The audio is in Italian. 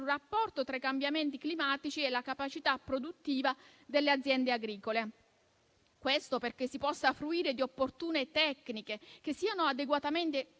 rapporto tra i cambiamenti climatici e la capacità produttiva delle aziende agricole. Questo perché si possa fruire di opportune tecniche che siano adeguatamente